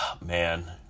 man